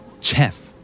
Chef. (